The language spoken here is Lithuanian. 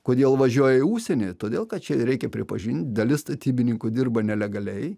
kodėl važiuoja į užsienį todėl kad čia reikia pripažint dalis statybininkų dirba nelegaliai